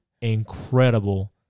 incredible